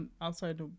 Outside